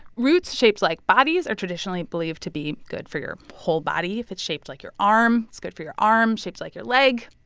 roots shaped like bodies are traditionally believed to be good for your whole body. if it's shaped like your arm, it's good for your arm, shaped like your leg,